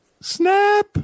snap